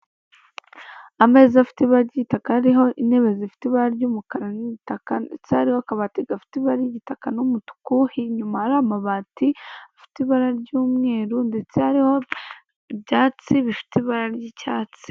Ameza afite ibara ry'igitaka hariho intebe zifite ibara ry'umukara n'igitaka hariho akabati gafite ibara ry'igitaka n'umutuku, inyuma ari amabati afite ibara ry'umweru ndetse hariho ibyatsi bifite ibara ry'icyatsi.